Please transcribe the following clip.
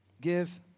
Give